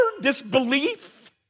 disbelief